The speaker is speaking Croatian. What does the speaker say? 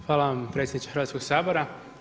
Hvala vam predsjedniče Hrvatskog sabora.